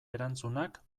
erantzunak